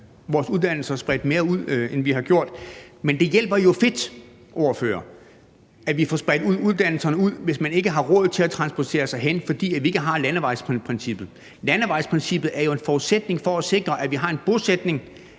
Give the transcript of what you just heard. vores uddannelser spredt mere ud, end vi har gjort tidligere. Men det hjælper jo ikke, altså det er jo lige fedt, ordfører, at vi får spredt uddannelserne ud, hvis man ikke har råd til at transportere sig derhen, fordi vi ikke har landevejsprincippet. Landevejsprincippet er jo en forudsætning for at sikre, at vi har en bosætning,